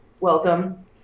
welcome